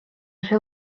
ser